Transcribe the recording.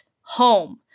home